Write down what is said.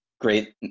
great